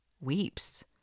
weeps